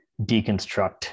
deconstruct